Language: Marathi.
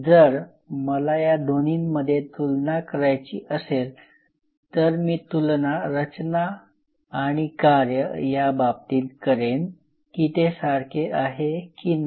जर मला या दोन्हीमध्ये तुलना करायची असेल तर मी तुलना रचना आणि कार्य या बाबतीत करेन की ते सारखे आहे की नाही